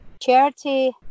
charity